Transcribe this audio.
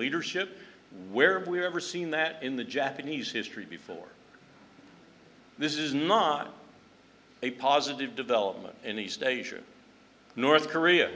leadership where we ever seen that in the japanese history before this is not a positive development in east asia north korea